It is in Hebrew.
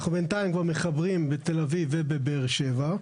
אנחנו בינתיים כבר מחברים בתל אביב ובבאר שבע.